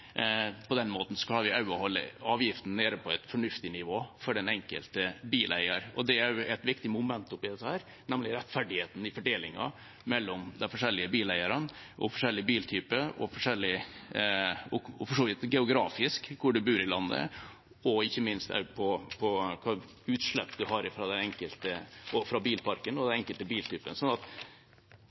På den måten klarer vi også å holde avgiftene nede på et fornuftig nivå for den enkelte bileier, og det er et viktig moment oppi dette, nemlig rettferdigheten i fordelingen mellom de forskjellige bileierne, forskjellige biltypene og for så vidt geografisk, hvor man bor i landet – og ikke minst også på hva slags utslipp man har fra bilparken og den enkelte biltype. Vi har en positiv inngang til dette. Vi ønsker utredningen, vi ønsker kunnskapsgrunnlaget, og